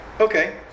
okay